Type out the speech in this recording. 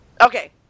okay